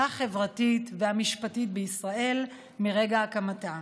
החברתית והמשפטית בישראל מרגע הקמתה.